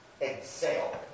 exhale